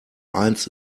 eins